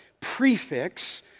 prefix